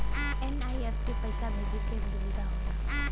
NEFT पइसा भेजे क एक सुविधा होला